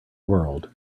world